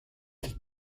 der